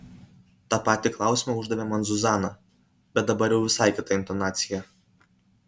tą patį klausimą uždavė man zuzana bet dabar jau visai kita intonacija